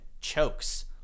chokes